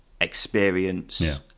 experience